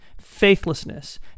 faithlessness